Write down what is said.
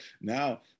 now